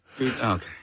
Okay